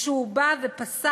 כשהוא בא ופסק.